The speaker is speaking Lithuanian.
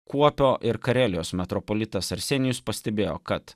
kruopio ir karelijos metropolitas arsenijus pastebėjo kad